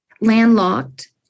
landlocked